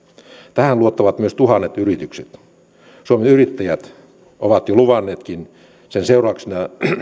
tähän luottavat myös tuhannet yritykset suomen yrittäjät on jo luvannutkin sen seurauksena